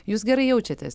jūs gerai jaučiatės